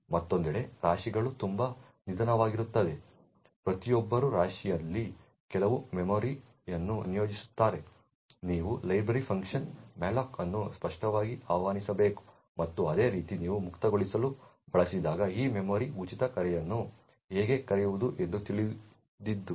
ಮತ್ತೊಂದೆಡೆ ರಾಶಿಗಳು ತುಂಬಾ ನಿಧಾನವಾಗಿರುತ್ತವೆ ಪ್ರತಿಯೊಬ್ಬರೂ ರಾಶಿಯಲ್ಲಿ ಕೆಲವು ಮೆಮೊರಿಯನ್ನು ನಿಯೋಜಿಸುತ್ತಾರೆ ನೀವು ಲೈಬ್ರರಿ ಫಂಕ್ಷನ್ malloc ಅನ್ನು ಸ್ಪಷ್ಟವಾಗಿ ಆಹ್ವಾನಿಸಬೇಕು ಮತ್ತು ಅದೇ ರೀತಿ ನೀವು ಮುಕ್ತಗೊಳಿಸಲು ಬಯಸಿದಾಗ ಆ ಮೆಮೊರಿಯು ಉಚಿತ ಕರೆಯನ್ನು ಹೇಗೆ ಕರೆಯುವುದು ಎಂದು ತಿಳಿದಿತ್ತು